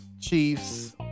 Chiefs